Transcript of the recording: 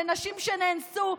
לנשים שנאנסו,